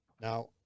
now